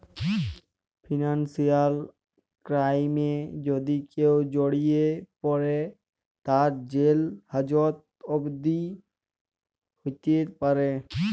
financial ক্রাইমে যদি কেউ জড়িয়ে পরে, তার জেল হাজত অবদি হ্যতে প্যরে